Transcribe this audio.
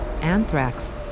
anthrax